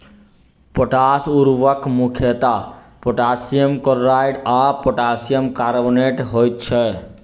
potash उर्वरक मुख्यतः potassium chloride आ पोटासियम कार्बोनेट होइत छै